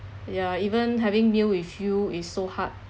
ya even having meal with you is so hard